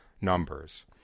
Numbers